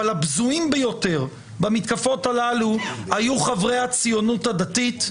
אבל הבזויים ביותר במתקפות הללו היו חברי הציונות הדתית,